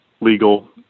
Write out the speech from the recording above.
legal